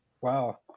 Wow